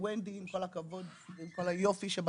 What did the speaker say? וונדי, עם כל הכבוד וכל היופי שבדבר,